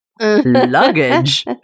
luggage